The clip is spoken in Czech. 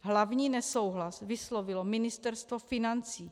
Hlavní nesouhlas vyslovilo Ministerstvo financí.